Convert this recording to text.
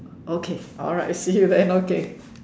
okay alright see you there okay